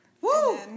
Woo